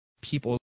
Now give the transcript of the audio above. people